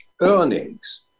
earnings